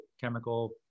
chemical